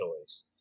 choice